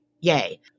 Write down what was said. Yay